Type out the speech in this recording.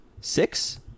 Six